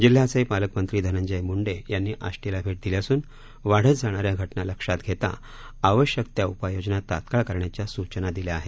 जिल्ह्याचे पालकमंत्री धनंजय मुंडे यांनी आष्टीला भेट दिली असून वाढत जाणारया घटना लक्षात घेता आवश्यक त्या उपाययोजना तात्काळ करण्याच्या सूचना दिल्या आहेत